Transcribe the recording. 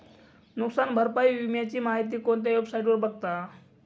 नुकसान भरपाई विम्याची माहिती कोणत्या वेबसाईटवर बघता येईल?